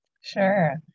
Sure